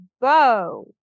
bow